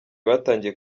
batangiye